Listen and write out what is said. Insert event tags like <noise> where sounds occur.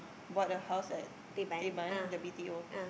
bought a house at Teban the B_T_O <noise>